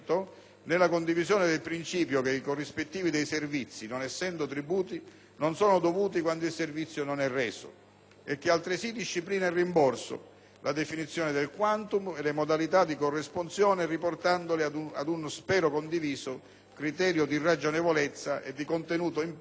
nella condivisione del principio che i corrispettivi dei servizi, non essendo tributi, non sono dovuti quando il servizio non è reso, e che altresì disciplina il rimborso, la definizione del *quantum* e le modalità di corresponsione riportandole ad un - spero condiviso - criterio di ragionevolezza e di contenimento